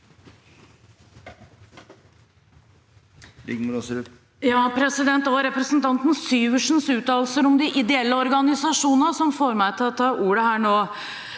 Det var represen- tanten Syversens uttalelser om de ideelle organisasjonene som fikk meg til å ta ordet her nå.